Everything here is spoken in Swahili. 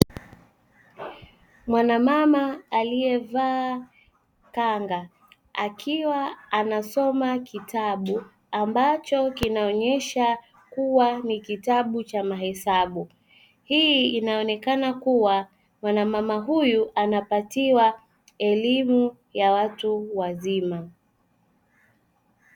Mwanamama aliyevaa kanga, akiwa anasoma kitabu, ambacho kinaonyesha ni kitabu cha mahesabu. Hii inaonekana kuwa mwanamama huyu, anapatiwa elimu ya watu wazima.